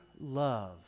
love